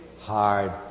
hard